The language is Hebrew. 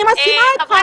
אני מסכימה אתך.